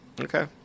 Okay